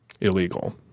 illegal